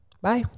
Bye